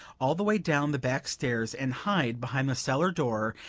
all the way down the back stairs, and hide behind the cellar door,